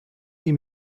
ihm